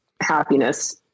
happiness